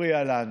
לנו,